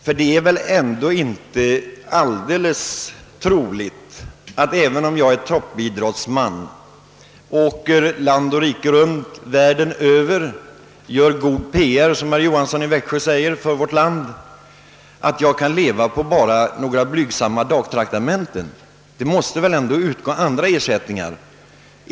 Ty det är ju inte särskilt troligt att en topp idrottsman, som åker land och rike runt och gör god PR — som herr Johansson i Växjö sade — för vårt land, kan leva på några blygsamma dagtraktamenten, utan det måste nog lämnas även andra, kontanta ersättningar.